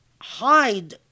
hide